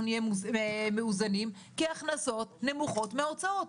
נהיה מאוזנים כי ההכנסות נמוכות מההוצאות,